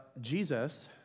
Jesus